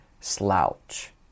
slouch